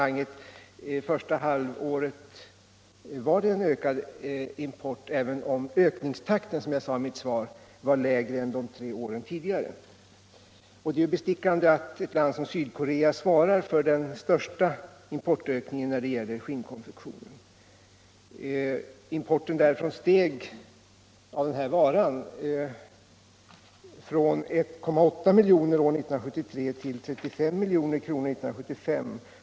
Under det första halvåret skedde en ökning av importen, även om ökningstakten, som jag sade i mitt svar, var lägre än under de tre föregående åren. Det är bestickande att ett land som Sydkorea svarar för den största delen av importökningen när det gäller skinnkonfektion. Importen därifrån av denna vara steg från 1,8 milj.kr. år 1973 till 35 milj.kr. år 1975.